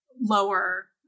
lower